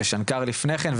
ושנקר לפני כן,